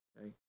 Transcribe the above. okay